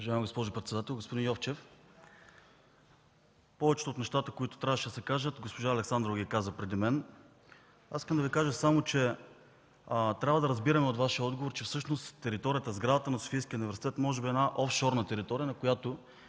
Уважаема госпожо председател! Господин Йовчев, повечето от нещата, които трябваше да се кажат, госпожа Александрова ги каза преди мен. Искам да Ви кажа само, че трябва да разбираме от Вашия отговор, че всъщност територията, сградата на Софийския университет може би е една офшорна територия, на която